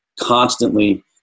constantly